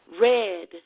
red